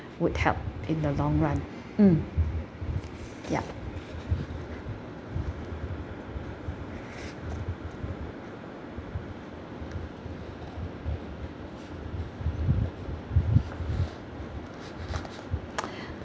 would help in the long run mm ya